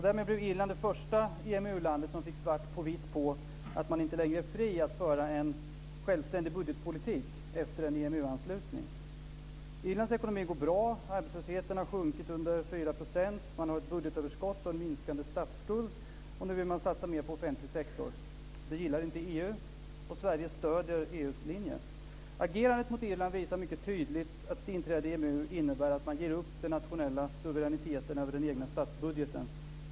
Därmed blev Irland det första EMU-land som fick svart på vitt på att man inte längre är fri att föra en självständig budgetpolitik efter en EMU Irlands ekonomi går bra, arbetslösheten har sjunkit till under 4 %, man har ett budgetöverskott och minskande statsskuld. Nu vill man satsa mer på den offentliga sektorn. Det gillar inte EU, och Sverige stöder EU:s linje. Agerandet mot Irland visar mycket tydligt att ett inträde i EMU innebär att man ger upp den nationella suveräniteten över den egna statsbudgeten.